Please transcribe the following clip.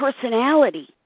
personality